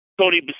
Tony